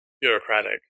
bureaucratic